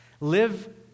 Live